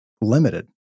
limited